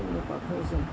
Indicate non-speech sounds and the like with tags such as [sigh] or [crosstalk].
[unintelligible]